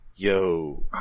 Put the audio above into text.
Yo